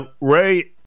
Ray